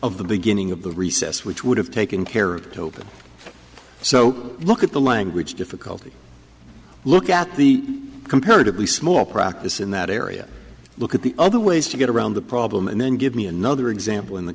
of the beginning of the recess which would have taken care of that open so look at the language difficulty look at the comparatively small practice in that area look at the other ways to get around the problem and then give me another example in the